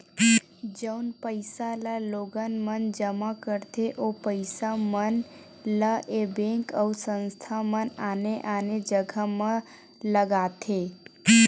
जउन पइसा ल लोगन मन जमा करथे ओ पइसा मन ल ऐ बेंक अउ संस्था मन आने आने जघा म लगाथे